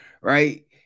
right